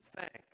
thanks